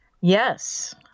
Yes